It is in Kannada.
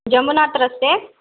ಜಂಬೂನಾಥ ರಸ್ತೆ